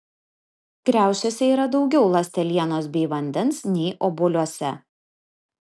kriaušėse yra daugiau ląstelienos bei vandens nei obuoliuose